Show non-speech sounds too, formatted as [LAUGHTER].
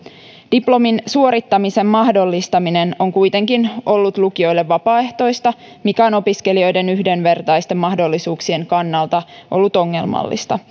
diplomin suorittamisen mahdollistaminen on kuitenkin ollut lukioille vapaaehtoista mikä on opiskelijoiden yhdenvertaisten mahdollisuuksien kannalta ollut ongelmallista [UNINTELLIGIBLE]